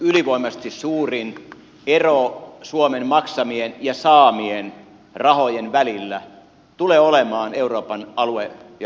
ylivoimaisesti suurin ero suomen maksamien ja saamien rahojen välillä tulee olemaan euroopan alue ja rakennepolitiikan suhteen